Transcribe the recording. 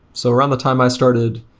so around the time i started,